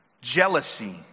Jealousy